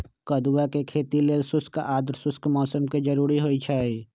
कदुआ के खेती लेल शुष्क आद्रशुष्क मौसम कें जरूरी होइ छै